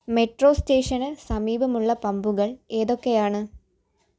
metro സ്റ്റേഷന് സമീപമുള്ള പമ്പുകൾ ഏതൊക്കെയാണ്